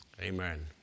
Amen